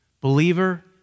Believer